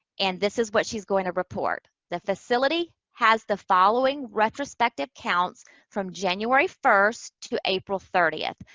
and this is what she's going to report. the facility has the following retrospective counts from january first to april thirtieth.